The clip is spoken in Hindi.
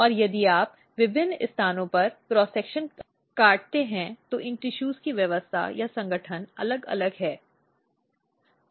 और यदि आप विभिन्न स्थानों पर क्रॉस सेक्शन काटते हैं तो इन टिशूज की व्यवस्था या संगठन अलग अलग हैं